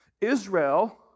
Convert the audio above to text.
Israel